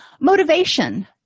Motivation